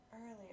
Earlier